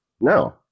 No